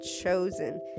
chosen